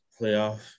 playoff